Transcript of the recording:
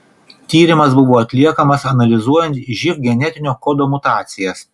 tyrimas buvo atliekamas analizuojant živ genetinio kodo mutacijas